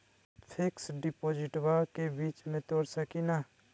Fix डिपोजिटबा के बीच में तोड़ सकी ना?